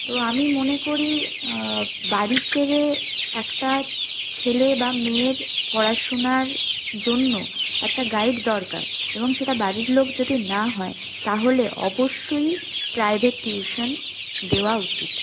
তো আমি মনে করি বাড়িতে একটা ছেলে বা মেয়ের পড়াশুনার জন্য একটা গাইড দরকার এবং সেটা বাড়ির লোক যদি না হয় তাহলে অবশ্যই প্রাইভেট টিউশান দেওয়া উচিত